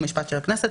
חוק ומשפט של הכנסת,